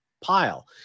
Pile